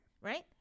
right